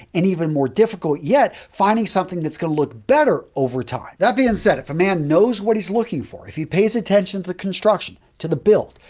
and even more difficult yet, finding something that's going to look better over time. that being said, if a man knows what he's looking for, if he pays attention to the construction, to the build,